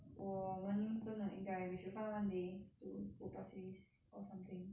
我们应真的应该 we should find one day to go pasir-ris or something